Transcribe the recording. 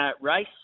Race